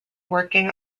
working